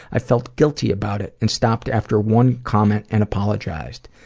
i felt guilty about it and stopped after one comment and apologized.